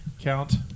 Count